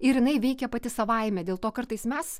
ir jinai veikė pati savaime dėl to kartais mes